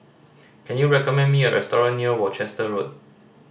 can you recommend me a restaurant near Worcester Road